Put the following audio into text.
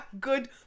good